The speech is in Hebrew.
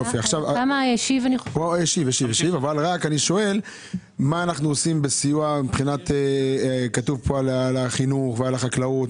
אני שואל מה אנחנו עושים בסיוע מבחינת החינוך והחקלאות .